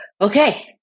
Okay